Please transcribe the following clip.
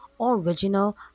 original